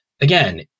again